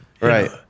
Right